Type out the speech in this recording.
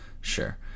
sure